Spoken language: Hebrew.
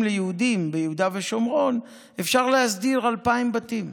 ליהודים ביהודה ושומרון אפשר להסדיר 2,000 בתים.